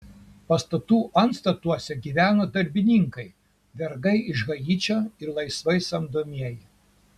pastatų antstatuose gyveno darbininkai vergai iš haičio ir laisvai samdomieji